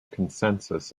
consensus